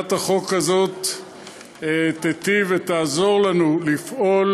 והצעת החוק הזאת תיטיב ותעזור לנו לפעול